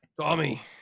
Tommy